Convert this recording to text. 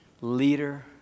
leader